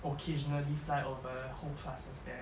occasionally fly over hold classes there